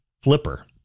Flipper